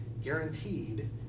Guaranteed